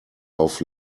auf